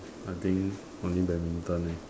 I think only badminton leh